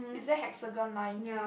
is that hexagon lines